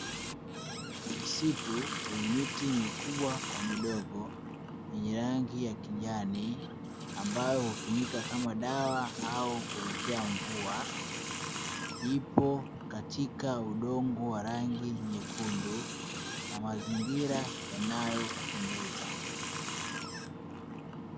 Msitu wenye miti mikubwa kwa midogo yenye rangi ya kijani, ambayo hutumika kama dawa au kuletea mvua ipo katika udongo wa rangi nyekundu na mazingira yanayopendeza.